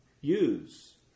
use